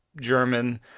German